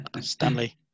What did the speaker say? Stanley